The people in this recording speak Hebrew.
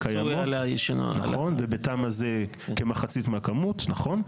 בתמ"א זה כמחצית מהכמות, נכון.